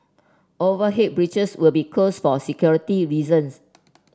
overhead bridges will be closed for security reasons